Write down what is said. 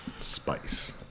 spice